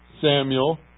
Samuel